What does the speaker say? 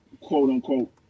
quote-unquote